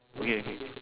okay okay